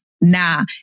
Nah